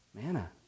Manna